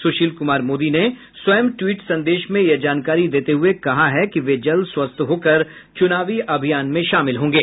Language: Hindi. सुशील कुमार मोदी ने स्वयं ट्वीट संदेश में यह जानकारी देते हुए कहा कि वे जल्द स्वस्थ होकर चुनावी अभियान में शामिल होंगे